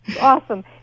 Awesome